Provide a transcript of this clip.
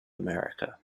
america